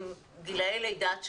גילאי לידה עד שלוש.